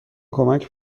کمک